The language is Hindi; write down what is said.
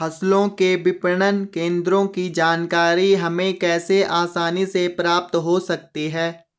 फसलों के विपणन केंद्रों की जानकारी हमें कैसे आसानी से प्राप्त हो सकती?